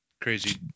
crazy